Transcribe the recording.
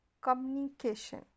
communication